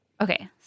Okay